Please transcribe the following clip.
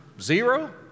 zero